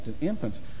infants